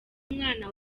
umwana